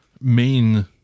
main